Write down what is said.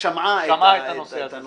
שמעה את הנושא הזה.